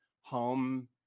home